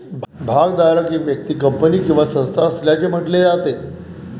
भागधारक एक व्यक्ती, कंपनी किंवा संस्था असल्याचे म्हटले जाते